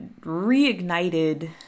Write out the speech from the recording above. reignited